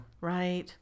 right